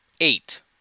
Eight